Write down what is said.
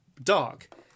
dark